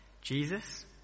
Jesus